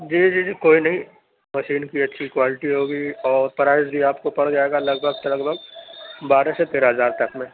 جی جی جی کوئی نہیں مشین کی اچھی کوالٹی ہوگی اور پرائز بھی آپ کو پڑ جائے گا لگ بھگ سے لگ بھگ بارہ سے تیرہ ہزار تک میں